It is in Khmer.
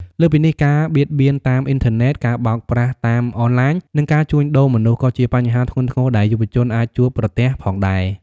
លើសពីនេះ ការ បៀតបៀនតាមអ៊ីនធឺណិត ការបោកប្រាស់តាមអនឡាញ និងការជួញដូរមនុស្ស ក៏ជាបញ្ហាធ្ងន់ធ្ងរដែលយុវជនអាចជួបប្រទះផងដែរ។